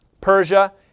Persia